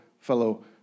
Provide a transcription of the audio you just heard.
fellow